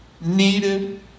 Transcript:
Needed